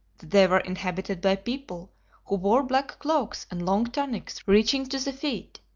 they were inhabited by people who wore black cloaks and long tunics reaching to the feet,